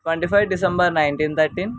twenty five December nineteen thirteen